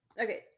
okay